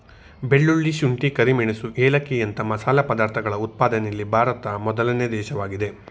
ಬೆಳ್ಳುಳ್ಳಿ, ಶುಂಠಿ, ಕರಿಮೆಣಸು ಏಲಕ್ಕಿಯಂತ ಮಸಾಲೆ ಪದಾರ್ಥಗಳ ಉತ್ಪಾದನೆಯಲ್ಲಿ ಭಾರತ ಮೊದಲನೇ ದೇಶವಾಗಿದೆ